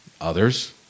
Others